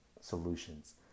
solutions